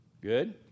Good